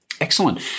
Excellent